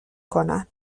کنن